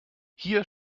hier